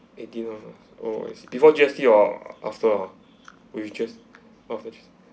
eighty dollar oh I see before G_S_T or after ah with G_S_T after G_S_T